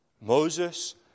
Moses